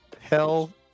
Hell